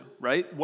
right